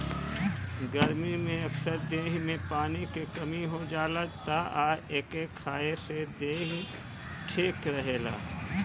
गरमी में अक्सर देहि में पानी के कमी हो जाला तअ एके खाए से देहि ठीक रहेला